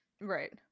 Right